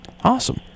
awesome